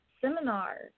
seminar